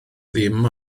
ddim